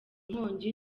nkongi